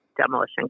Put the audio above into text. demolition